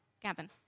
Gavin